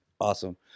Awesome